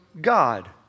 God